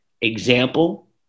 example